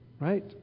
right